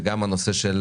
וגם הנושא של